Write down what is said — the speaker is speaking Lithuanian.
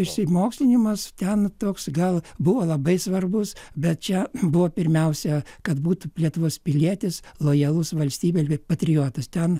išsimokslinimas ten toks gal buvo labai svarbus bet čia buvo pirmiausia kad būtų lietuvos pilietis lojalus valstybei patriotas ten